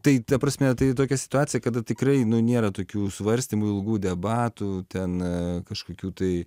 tai ta prasme tai tokia situacija kada tikrai nėra tokių svarstymų ilgų debatų ten kažkokių tai